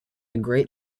great